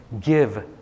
give